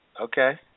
Okay